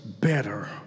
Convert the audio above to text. better